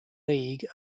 league